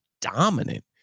dominant